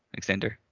extender